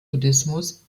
buddhismus